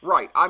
Right